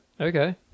Okay